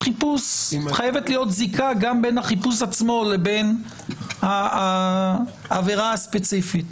חייבת להיות זיקה גם בין החיפוש עצמו לבין העבירה הספציפית.